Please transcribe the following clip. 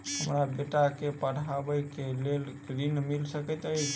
हमरा बेटा केँ पढ़ाबै केँ लेल केँ ऋण मिल सकैत अई?